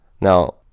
Now